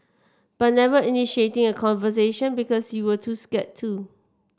but never initiating a conversation because you were too scared to